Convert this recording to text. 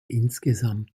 insgesamt